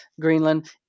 Greenland